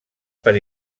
per